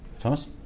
Thomas